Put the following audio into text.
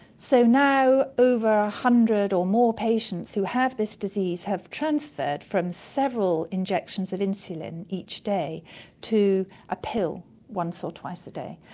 so now over a hundred or more patients who have this disease have transferred from several injections of insulin each day to a pill once or twice a day,